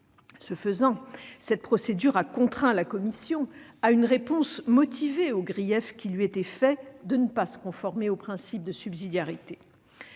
Ce faisant, cette procédure a contraint la Commission à une réponse motivée aux griefs qui lui étaient faits de ne pas se conformer au principe de subsidiarité.